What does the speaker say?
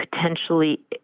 potentially